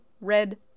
red